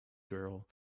girl